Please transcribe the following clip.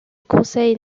conseil